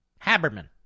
Haberman